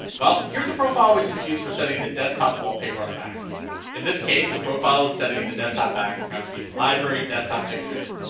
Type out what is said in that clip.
well, here's a profile which is used for setting the desktop wallpaper on the mac in this case the profile is setting the desktop background to use library desktop pictures,